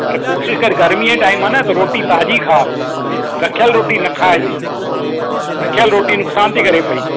पर कोशिशि करि गर्मीअ जो टाइम आहे न रोटी ताज़ी खाउ रखयलि रोटी न खाइजे रखयल रोटी नुक़सानु थी करे पई